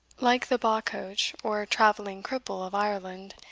like the baccoch, or travelling cripple of ireland,